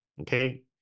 Okay